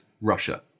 Russia